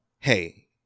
Hey